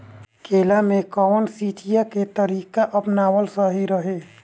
केला में कवन सिचीया के तरिका अपनावल सही रही?